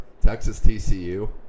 Texas-TCU